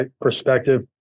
perspective